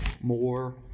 more